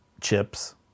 Chips